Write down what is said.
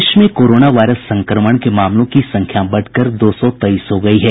देश में corona virus संक्रमण के मामलों की संख्या बढ़कर दो सौ तेईस हो गई है